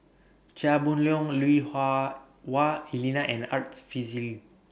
Chia Boon Leong Lui Hah Wah Elena and Arts Fazil